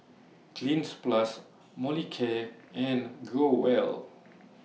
Cleanz Plus Molicare and Growell